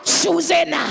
choosing